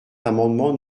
l’amendement